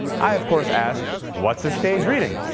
i, of course, asked what's a staged reading?